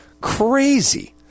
crazy